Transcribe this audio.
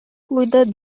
pójdę